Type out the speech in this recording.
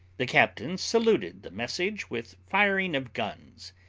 the captain saluted the message with firing of guns,